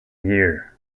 year